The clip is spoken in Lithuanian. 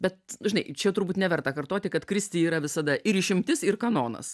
bet žinai čia turbūt neverta kartoti kad kristi yra visada ir išimtis ir kanonas